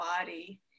body